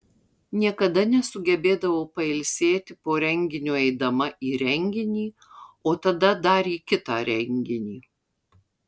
niekada nesugebėdavau pailsėti po renginio eidama į renginį o tada dar į kitą renginį